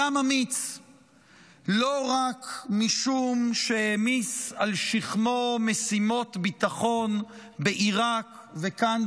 אדם אמיץ לא רק משום שהעמיס על שכמו משימות ביטחון בעיראק וכאן,